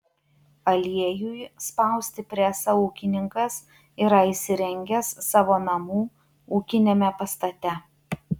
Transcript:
aliejui spausti presą ūkininkas yra įsirengęs savo namų ūkiniame pastate